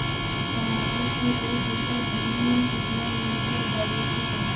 टमाटर के एक एकड़ भूमि मे कितना यूरिया डाले के चाही?